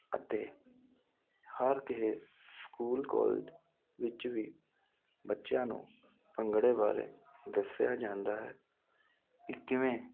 ਅਤੇ ਹਰ ਕਿਹੇ ਸਕੂਲ ਕੋਲਜ ਵਿੱਚ ਵੀ ਬੱਚਿਆਂ ਨੂੰ ਭੰਗੜੇ ਬਾਰੇ ਦੱਸਿਆ ਜਾਂਦਾ ਹੈ ਕੀ ਕਿਵੇਂ